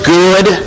good